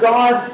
God